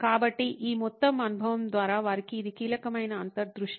కాబట్టి ఈ మొత్తం అనుభవం ద్వారా వారికి ఇది కీలకమైన అంతర్దృష్టి